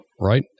Right